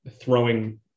throwing